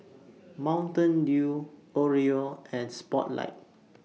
Mountain Dew Oreo and Spotlight